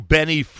Benny